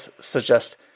suggest